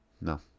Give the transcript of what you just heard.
No